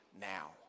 now